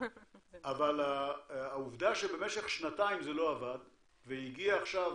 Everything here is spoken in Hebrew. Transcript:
אבל העובדה שבמשך שנתיים זה לא עבד והגיע עכשיו